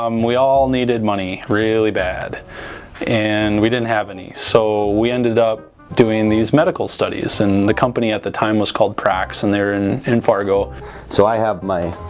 um we all needed money really bad and we didn't have any so we ended up doing these medical studies and the company at the time was called prax and they're in in fargo. goodman so i have my,